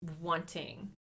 wanting